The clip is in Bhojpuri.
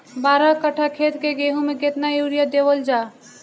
बारह कट्ठा खेत के गेहूं में केतना यूरिया देवल जा?